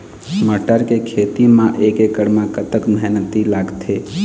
मटर के खेती म एक एकड़ म कतक मेहनती लागथे?